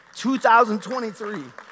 2023